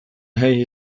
nahi